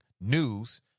news